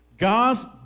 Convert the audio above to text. God's